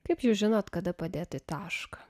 kaip jūs žinot kada padėti tašką